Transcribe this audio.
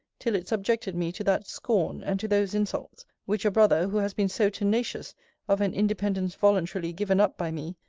till it subjected me to that scorn, and to those insults, which a brother, who has been so tenacious of an independence voluntarily given up by me,